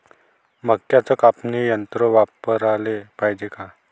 मक्क्याचं कापनी यंत्र वापराले पायजे का?